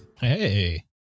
Hey